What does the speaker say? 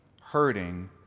hurting